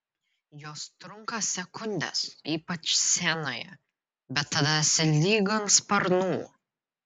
jos trunka sekundes ypač scenoje bet tada esi lyg ant sparnų